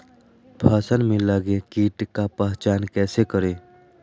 फ़सल में लगे किट का पहचान कैसे करे?